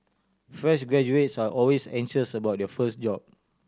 fresh graduates are always anxious about their first job